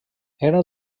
era